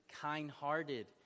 kind-hearted